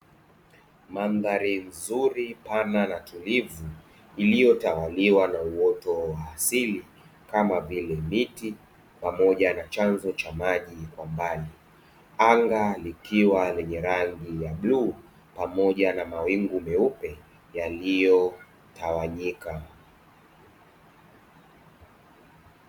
Mandhari nzuri pana na tulivu iliyotawaliwa na uwoto wa asili kama vile miti pamoja na chanzo cha maji kwa mbali, anga likiwa na rangi ya bluu pamoja na mawingu meupe yaliyotawanyika.